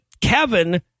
Kevin